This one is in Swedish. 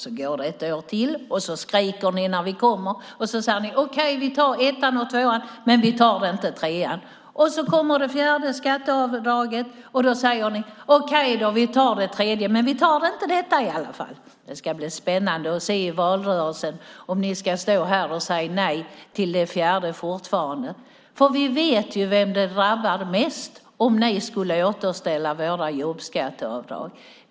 Så går det ett år till och så skriker ni när vi kommer med vårt förslag och säger sedan: Okej, vi tar ettan och tvåan, men vi tar inte trean. Och så kommer det fjärde skatteavdraget och då säger ni: Okej, vi tar det tredje, men vi tar inte detta i alla fall. Det ska bli spännande att se i valrörelsen om ni ska stå här och säga nej till det fjärde fortfarande. Vi vet ju vem det drabbar mest om ni skulle återställa våra jobbskatteavdrag.